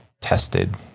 tested